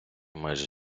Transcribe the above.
майже